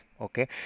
okay